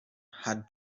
had